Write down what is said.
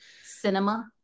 cinema